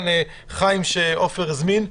נמצא כאן חיים, שעופר הזמין.